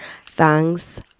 Thanks